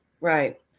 right